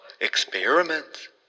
experiments